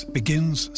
begins